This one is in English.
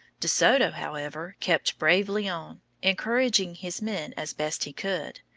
de soto, however, kept bravely on, encouraging his men as best he could,